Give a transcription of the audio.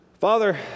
Father